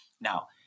Now